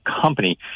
company